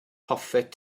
hoffet